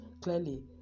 clearly